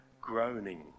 groaning